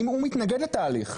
אם הוא מתנגד לתהליך?